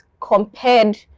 compared